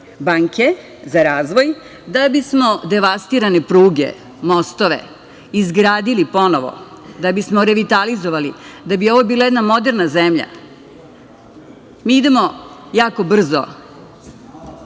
banke za razvoj, da bismo devastirane pruge, mostove izgradili ponovo, da bismo revitalizovali, da bi ovo bila jedna moderna zemlja. Mi idemo jako brzo